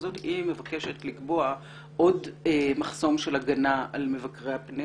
הזאת שמבקשת לקבוע עוד מחסום של הגנה על מבקרי הפנים